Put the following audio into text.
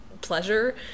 pleasure